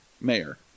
Mayor